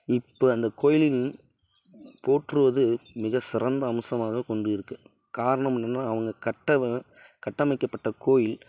இப்போ அந்த கோயிலில் போற்றுவது மிக சிறந்த அம்சமாக கொண்டிருக்கு காரணம் என்னான்னா அவங்க கட்டவ கட்டமைக்கப்பட்ட கோயில்